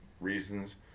reasons